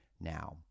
now